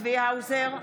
צבי האוזר,